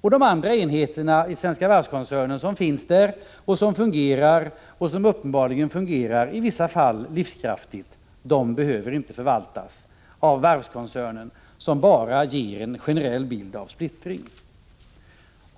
De andra enheterna i Svenska Varv-koncernen, som uppenbarligen fungerar, i vissa fall livskraftigt, behöver inte förvaltas av varvskoncernen, som bara ger en generell bild av splittring.